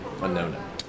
unknown